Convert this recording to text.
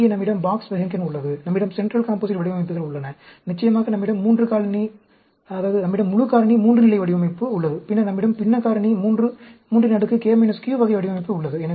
இங்கே நம்மிடம் box Behnken உள்ளது நம்மிடம் சென்ட்ரல் காம்போசைட் வடிவமைப்புகள் உள்ளன நிச்சயமாக நம்மிடம் முழு காரணி 3 நிலை வடிவமைப்பு உள்ளது பின்னர் நம்மிடம் பின்னக் காரணி 3k q வகை வடிவமைப்பு உள்ளது